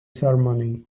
ceremony